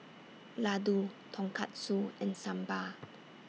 Ladoo Tonkatsu and Sambar